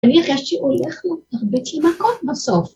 ‫אני הרגשתי שהוא הולך להרביץ לי מכות בסוף.